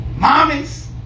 Mommies